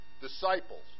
disciples